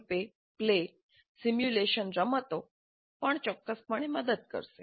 role play simulation રમતો પણ ચોક્કસપણે મદદ કરશે